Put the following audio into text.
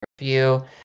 review